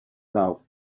love